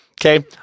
Okay